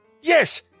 Yes